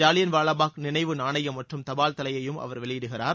ஜாலியன் வாலபாக் நினைவு நாணயம் மற்றும் தபால் தலையையும் அவர் பின்னர் வெளியிடுகிறார்